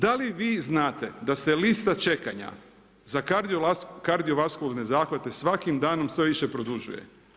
Da li vi znate, da se lista čekanja za kardiovaskulne zahvate svakim danom sve više produžuje?